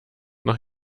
noch